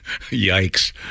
Yikes